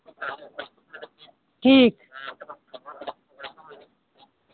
ठीक